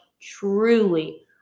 truly